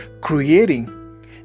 creating